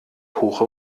hoch